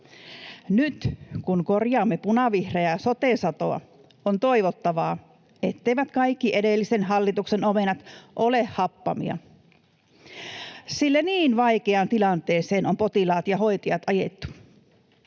Nyt kun korjaamme punavihreää sote-satoa, on toivottavaa, etteivät kaikki edellisen hallituksen omenat ole happamia, sillä niin vaikeaan tilanteeseen on potilaat ja hoitajat ajettu.